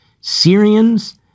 Syrians